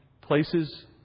places